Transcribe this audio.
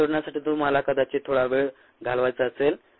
हे सोडवण्यासाठी तुम्हाला कदाचित थोडा वेळ घालवायचा असेल